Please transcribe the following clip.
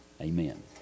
amen